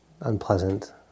unpleasant